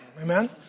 Amen